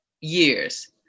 years